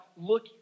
look